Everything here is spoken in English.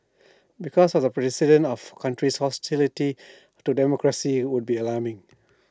because of the of countries hostile to democracy would be alarming